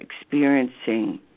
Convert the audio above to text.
experiencing